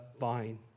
vine